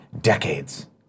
decades